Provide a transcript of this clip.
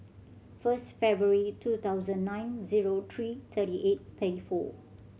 first February two thousand nine zero three thirty eight thirty four